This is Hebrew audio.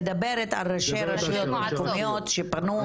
היא מדברת על ראשי הרשויות המקומיות שפנו.